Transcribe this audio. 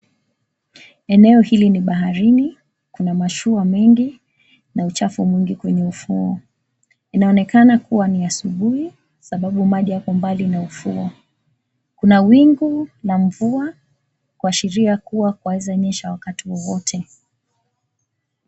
Eneo hili ni baharini, kuna mashua mengi na uchafu mwingi kwenye ufuo. Inaonekana kuwa ni asubuhi sababu maji yako mbali na ufuo. Kuna wingu na mvua kuashiria kuwa kwawezanyesha wakati wowote.